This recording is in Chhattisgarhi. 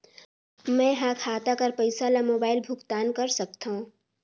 मैं ह खाता कर पईसा ला मोबाइल भुगतान कर सकथव?